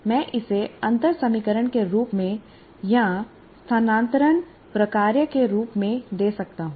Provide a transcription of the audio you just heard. मैं इसे अंतर समीकरण के रूप में या स्थानांतरण प्रकार्य के रूप में दे सकता हूं